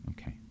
Okay